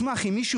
זה לא מעניין.